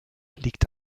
liegt